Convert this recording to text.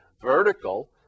vertical